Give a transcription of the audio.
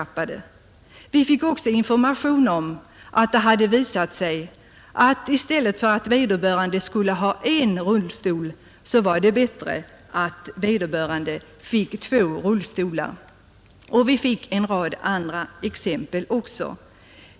Vi fick också veta att det hade visat sig att det var bättre att vederbörande fick två rullstolar i stället för en. Det gavs också en rad andra exempel.